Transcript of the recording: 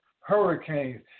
hurricanes